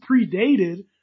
predated